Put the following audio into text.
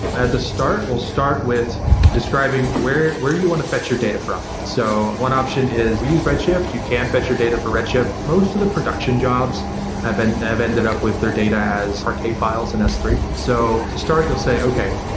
at the start, we'll start with describing where where you want to fetch your data from. so one option is we use red shift. you can fetch your data for red shift. most of the production jobs have and have ended up with their data as parquet files in s three. so, to start you'll say, okay,